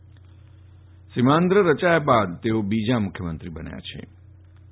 અલગ સીમાંધ્ર રચાયા બાદ તેઓ બીજા મુખ્યમંત્રી બન્યાછે